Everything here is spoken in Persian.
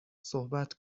صحبت